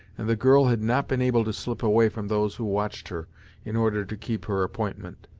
and the girl had not been able to slip away from those who watched her in order to keep her appointment.